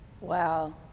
Wow